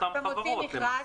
אתה מוציא מכרז.